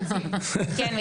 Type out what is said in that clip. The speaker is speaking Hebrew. כן,